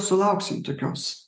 sulauksim tokios